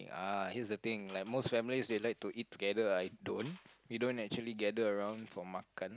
ah here's the thing like most families they like to eat together I don't we don't usually gather around for makan